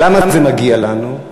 ולמה זה מגיע לנו?